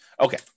Okay